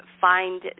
find